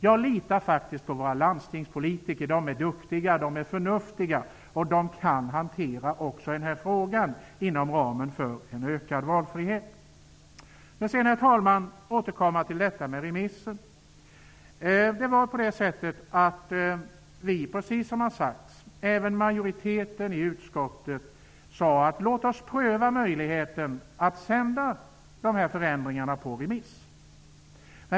Jag litar faktiskt på våra landstingspolitiker, som är duktiga, förnuftiga och kan hantera också den här frågan inom ramen för en ökad valfrihet. Herr talman! Jag vill återkomma till frågan om remissen. Vi sade i utskottet att vi skulle pröva möjligheten att sända förslaget om förändringar på remiss.